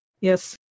yes